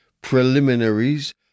preliminaries